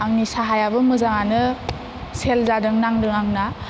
आंनि साहायाबो मोजाङानो सेल जादों नांदों आंना